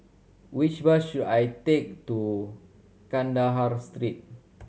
which bus should I take to Kandahar Street